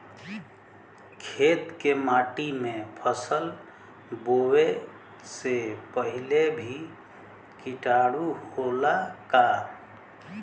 खेत के माटी मे फसल बोवे से पहिले भी किटाणु होला का?